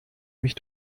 mich